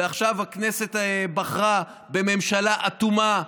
ועכשיו הכנסת בחרה בממשלה אטומה,